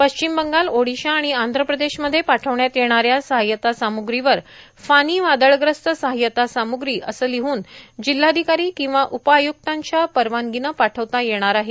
पश्चिम बंगाल ओडिशा आणि आंध्र प्रदेशमध्ये पाठवण्यात येणाऱ्या सहाय्यता सामुग्रीवर फानी वादळ्यस्त सहाय्यता सामुग्री असं लिहून जिल्हाधिकारी किंवा उपआयुक्तांच्या परवानगीनं पाठवता येणार आहे